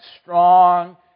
strong